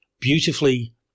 beautifully